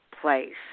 place